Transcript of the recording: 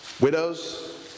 widows